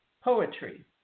poetry